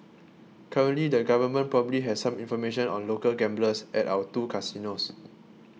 currently the government probably has some information on local gamblers at our two casinos